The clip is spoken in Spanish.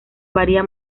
varía